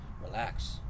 relax